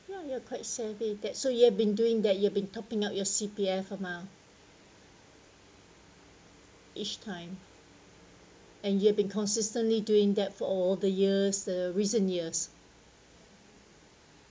you know you are quite savvy that so you have been doing that you have been topping up your C_P_F amount each time and you have been consistently doing that for all the years the recent years